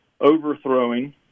overthrowing